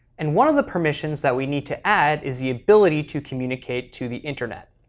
and one of the permissions that we need to add is the ability to communicate to the internet.